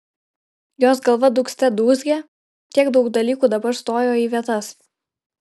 jos galva dūgzte dūzgė tiek daug dalykų dabar stojo į vietas